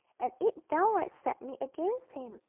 and it downright set me against him.